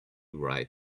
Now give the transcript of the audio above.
write